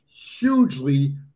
hugely